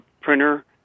printer